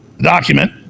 document